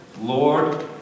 Lord